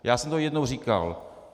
Já jsem to jednou říkal.